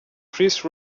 chris